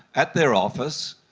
at their office,